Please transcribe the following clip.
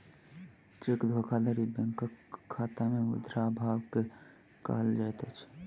cheque धोखाधड़ी बैंकक खाता में मुद्रा अभाव के कहल जाइत अछि